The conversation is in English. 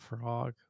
frog